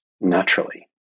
naturally